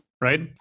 right